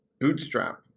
bootstrap